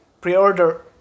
pre-order